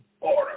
Order